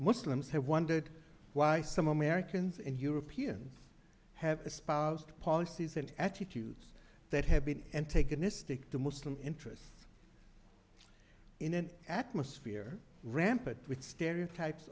muslims have wondered why some americans and europeans have espoused policies and attitudes that have been taken istic to muslim interests in an atmosphere rampant with stereotypes